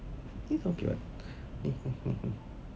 this okay [what] ni hmm hmm hmm